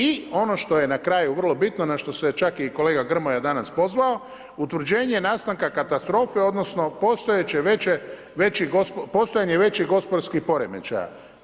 I ono što je na kraju vrlo bitno, na što se čak i kolega Grmoja danas pozvao, utvrđenje nastanka katastrofe, odnosno postojanje većih gospodarskih poremećaja.